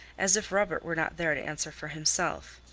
as if robert were not there to answer for himself.